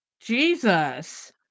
jesus